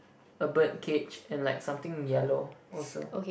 a bird cage and like something yellow also